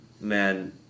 man